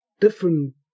different